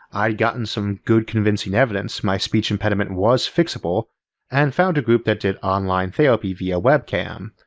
i'd gotten some good convincing evidence my speech impediment was fixable and found a group that did online therapy via webcam.